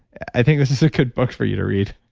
i think this is a good book for you to read.